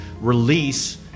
release